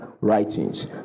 writings